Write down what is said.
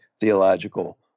theological